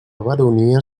baronia